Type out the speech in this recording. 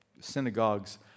synagogues